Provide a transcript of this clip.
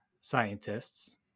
scientists